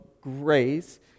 grace